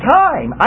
time